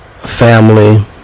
family